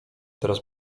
teraz